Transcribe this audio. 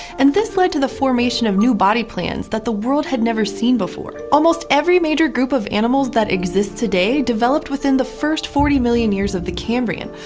and this led to the formation of new body plans that the world had never seen before. almost every major group of animals that exists today developed within the first forty million years of cambrian,